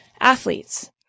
athletes